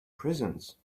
prisons